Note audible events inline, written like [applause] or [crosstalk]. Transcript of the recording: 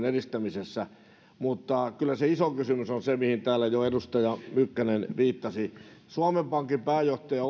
[unintelligible] edistämisessä mutta kyllä se iso kysymys on se mihin täällä jo edustaja mykkänen viittasi suomen pankin pääjohtaja [unintelligible]